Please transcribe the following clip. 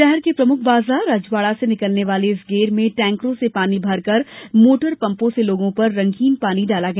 शहर के प्रमुख बाजार राजबाड़ा से निकलने वाली इस गेर में टैंकरों में पानी भर कर मोटर पंपों से लोगों पर रंगीन पानी डाला गया